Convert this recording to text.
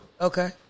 Okay